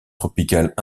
tropicales